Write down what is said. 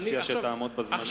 אני מציע שתעמוד בזמנים.